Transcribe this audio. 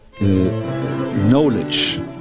knowledge